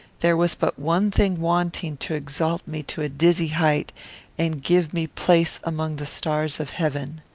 there was but one thing wanting to exalt me to a dizzy height and give me place among the stars of heaven.